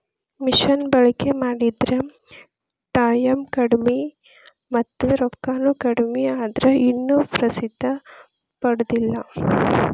ಮಿಷನ ಬಳಕಿ ಮಾಡಿದ್ರ ಟಾಯಮ್ ಕಡಮಿ ಮತ್ತ ರೊಕ್ಕಾನು ಕಡಮಿ ಆದ್ರ ಇನ್ನು ಪ್ರಸಿದ್ದಿ ಪಡದಿಲ್ಲಾ